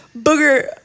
booger